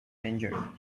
danger